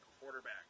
quarterback